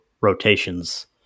rotations